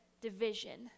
division